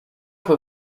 fue